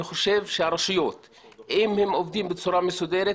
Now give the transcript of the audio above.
אני חושב שאם הרשויות יעבדו בצורה מסודרת,